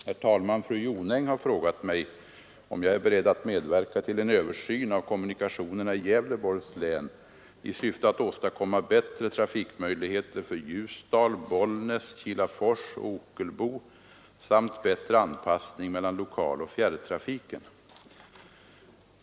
Herr talman! Fru Jonäng har frågat mig om jag är beredd att medverka till en översyn av kommunikationerna i Gävleborgs län i syfte att åstadkomma bättre trafikmöjligheter för Ljusdal, Bollnäs, Kilafors och Ockelbo samt bättre anpassning mellan lokaloch fjärrtrafiken.